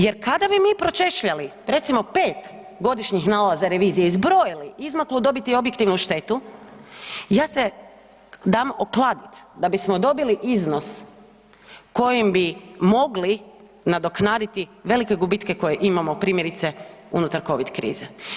Jer, kada bi mi pročešljali, recimo, 5 godišnjih nalaza revizije i zbrojili izmaklu dobit i objektivnu štetu, ja se dam okladiti da bismo dobili iznos kojim bi mogli nadoknaditi velike gubitke koje imamo, primjerice unutar Covid krize.